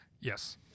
yes